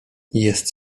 jest